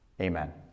Amen